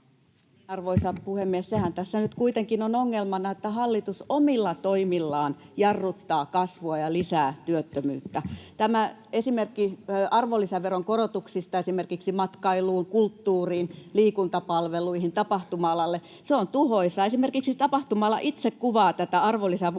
Arvoisa puhemies! Sehän tässä nyt kuitenkin on ongelmana, että hallitus omilla toimillaan jarruttaa kasvua ja lisää työttömyyttä. Tämä esimerkki arvonlisäveron korotuksista esimerkiksi matkailuun, kulttuuriin, liikuntapalveluihin ja tapahtuma-alalle on tuhoisa. Esimerkiksi tapahtuma-ala itse kuvaa tätä arvonlisämoukaria